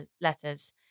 letters